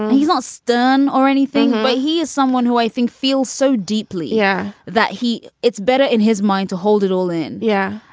he's all stern or anything. but he is someone who i think feels so deeply. yeah. that he it's better in his mind to hold it all in. yeah.